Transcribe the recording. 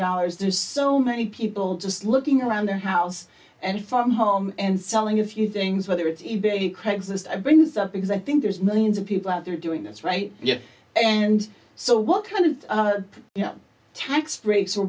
dollars there's so many people just looking around their house and if i'm home and selling a few things whether it's e bay craigslist i bring this up because i think there's millions of people out there doing this right yet and so what kind of tax breaks or